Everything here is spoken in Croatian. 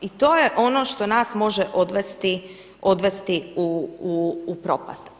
I to je ono što nas može odvesti u propast.